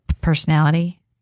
personality